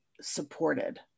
supported